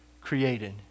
created